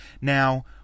now